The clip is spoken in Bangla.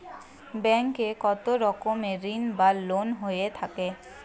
ব্যাংক এ কত রকমের ঋণ বা লোন হয়ে থাকে?